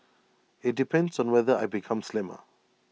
IT depends on whether I become slimmer